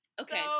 Okay